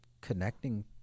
connecting